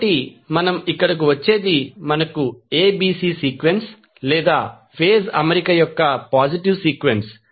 కాబట్టి మనం ఇక్కడకు వచ్చేది మనకు ఎబిసి సీక్వెన్స్ లేదా ఫేజ్ అమరిక యొక్క పాజిటివ్ సీక్వెన్స్